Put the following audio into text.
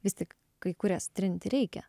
vis tik kai kurias trinti reikia